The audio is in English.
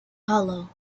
hollow